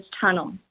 Tunnel